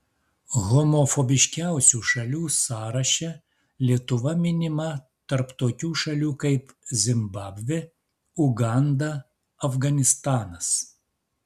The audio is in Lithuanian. homofobiškiausių šalių sąraše lietuva minima tarp tokių šalių kaip zimbabvė uganda afganistanas